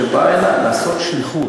שבא הנה לעשות שליחות.